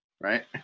Right